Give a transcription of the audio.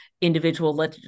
individual